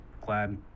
glad